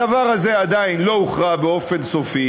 הדבר הזה עדיין לא הוכרע סופית.